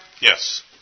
Yes